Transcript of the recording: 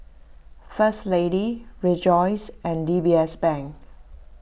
First Lady Rejoice and D B S Bank